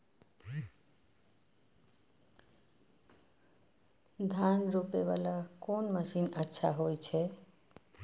धान रोपे वाला कोन मशीन अच्छा होय छे?